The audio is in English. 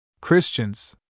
Christians